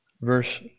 verse